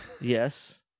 Yes